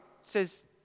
says